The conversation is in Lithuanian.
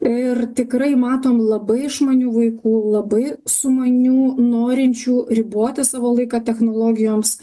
ir tikrai matom labai išmanių vaikų labai sumanių norinčių riboti savo laiką technologijoms